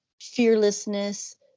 Fearlessness